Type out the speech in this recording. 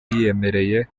yiyemereye